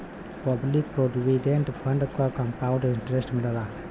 public provident fund पर compound interest मिलला